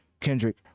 kendrick